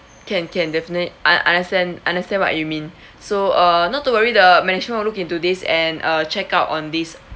can can definitely I I understand understand what you mean so uh not to worry the management will look into this and uh check out on this